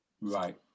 Right